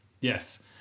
Yes